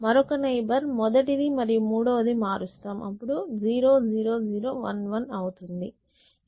మరొక నైబర్ మొదటిది మరియు మూడవది మారుస్తాం 0 0 0 1 1 అవుతుంది